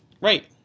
Right